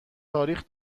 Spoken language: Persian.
تاریخ